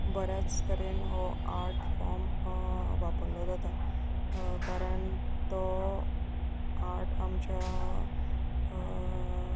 बऱ्याच तरेन हो आर्ट फॉर्म वापरलो जाता कारण तो आर्ट आमच्या